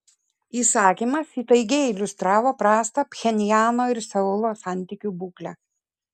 įsakymas įtaigiai iliustravo prastą pchenjano ir seulo santykių būklę